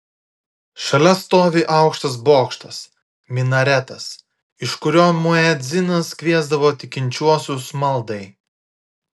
šalia stovi aukštas bokštas minaretas iš kurio muedzinas kviesdavo tikinčiuosius maldai